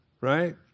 right